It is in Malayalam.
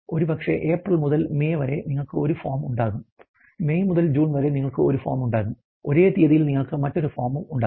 ഒരുപക്ഷേ ഏപ്രിൽ മുതൽ മെയ് വരെ നിങ്ങൾക്ക് ഒരു ഫോം ഉണ്ടാകും മെയ് മുതൽ ജൂൺ വരെ നിങ്ങൾക്ക് ഒരു ഫോം ഉണ്ടാകും ഒരേ തീയതിയിൽ നിങ്ങൾക്ക് മറ്റൊരു ഫോം ഉണ്ടാകും